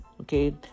Okay